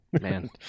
Man